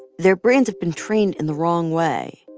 their brains have been trained in the wrong way.